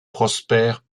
prospèrent